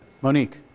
Monique